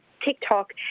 TikTok